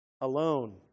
alone